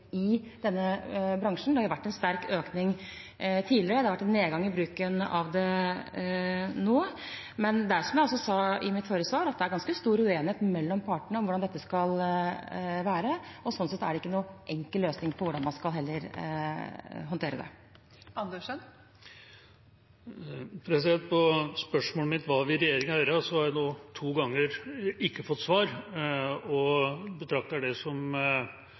i denne bransjen. Det har jo vært en sterk økning tidligere, og det har vært en nedgang i bruken av det nå. Men som jeg også sa i mitt forrige svar, er det ganske stor uenighet mellom partene om hvordan dette skal være, og sånn sett er det heller ingen enkel løsning på hvordan man skal håndtere det. På spørsmålet mitt om hva regjeringa vil gjøre, har jeg nå to ganger ikke fått svar, og jeg betrakter det som